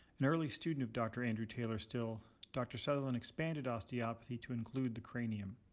an early student of dr. andrew taylor still dr. sutherland expanded osteopathy to include the cranium.